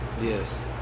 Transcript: Yes